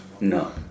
no